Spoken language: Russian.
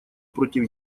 против